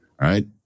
right